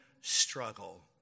struggle